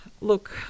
look